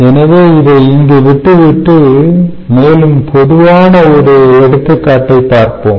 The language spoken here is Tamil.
எனவே இதை இங்கு விட்டுவிட்டு மேலும் பொதுவான ஒரு எடுத்துக்காட்டைப் பார்ப்போம்